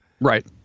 Right